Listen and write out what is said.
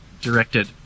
directed